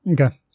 Okay